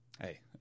Hey